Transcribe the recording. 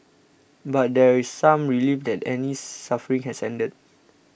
but there is some relief that Annie's suffering has ended